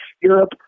Europe